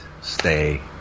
stay